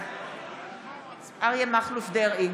בעד אריה מכלוף דרעי,